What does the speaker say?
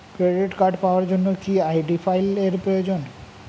Credit card পাওয়ার জন্য কি আই.ডি ফাইল এর প্রয়োজন?